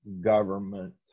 government